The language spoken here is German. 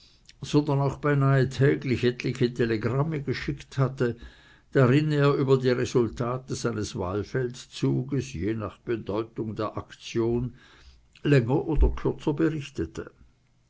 sondern auch beinahe täglich etliche telegramme geschickt hatte darin er über die resultate seines wahlfeldzuges je nach der bedeutung der aktion länger oder kürzer berichtete